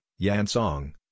Yansong